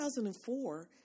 2004